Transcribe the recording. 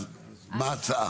אז מה ההצעה?